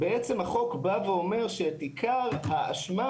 בעצם החוק בא ואומר שעיקר האשמה,